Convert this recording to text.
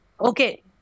okay